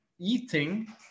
eating